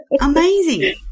Amazing